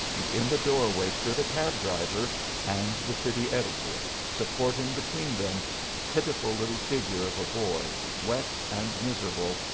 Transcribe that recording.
and in the doorway stood a cab-driver and the city editor, supporting between them a pitiful little figure of a boy, wet and miserable,